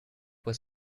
was